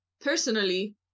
personally